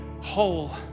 whole